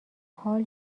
حال